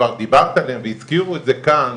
שכבר דיברת עליהם והזכירו את זה כאן,